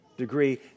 degree